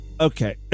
Okay